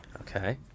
okay